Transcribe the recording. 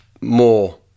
more